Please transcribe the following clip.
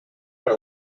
are